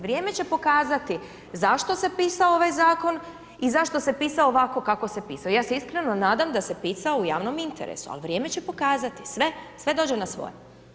Vrijeme će pokazati, zašto se pisao ovaj Zakon i zašto se pisao ovako kako se pisao, ja se iskreno nadam da se pisao u javnom interesu, al' vrijeme će pokazati, sve, sve dođe na svoje.